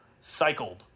Cycled